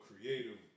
creative